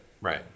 Right